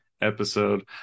episode